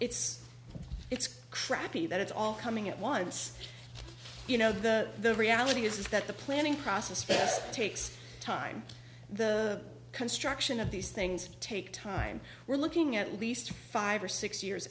it's it's crappy that it's all coming at once you know the reality is that the planning process takes time the construction of these things take time we're looking at least five or six years